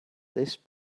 this